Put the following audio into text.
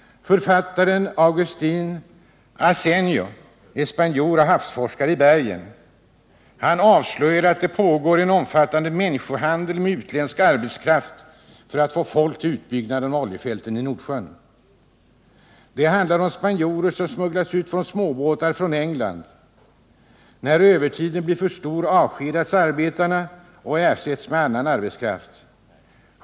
Författaren Augustin Asenjo är spanjor och havsforskare i Bergen. Han avslöjar att det pågår en omfattande människohandel med utländsk arbetskraft för att få folk till utbyggnaden av oljefälten i Nordsjön. Det handlar om spanjorer som smugglas ut med småbåtar från England. När övertiden blir för stor avskedas arbetarna och ersätts med annan arbetskraft.